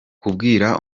kubwira